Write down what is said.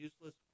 useless